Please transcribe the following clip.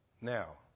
Now